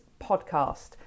podcast